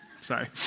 Sorry